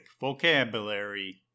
vocabulary